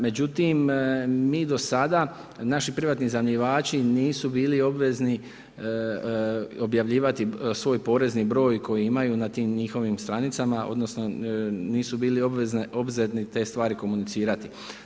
Međutim, mi do sada, naši primetni iznajmljivači nisu bili obvezni objavljivati svoj porezni broj koji imaju na tim njihovim stranicama, odnosno, nisu bili obavezni te stvari komunicirati.